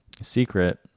secret